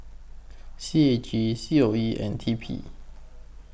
C A G C O E and T P